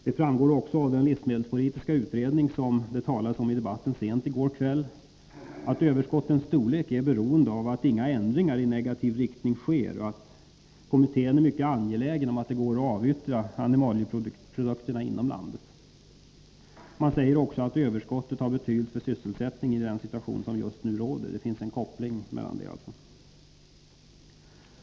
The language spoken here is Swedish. Det framgår också av den livsmedelspolitiska utredning som det talades om i debatten sent i går kväll att överskottens storlek hänger ihop med att inga ändringar i negativ riktning sker och att kommittén är mycket angelägen om att det går att avyttra animalieprodukterna inom landet. Man säger också att överskottet har betydelse för sysselsättningen i den situation som just nu råder. Här råder alltså ett samband.